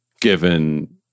given